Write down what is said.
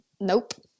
Nope